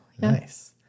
Nice